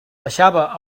baixava